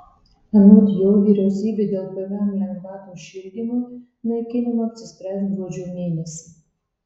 anot jo vyriausybė dėl pvm lengvatos šildymui naikinimo apsispręs gruodžio mėnesį